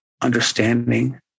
understanding